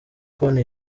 konti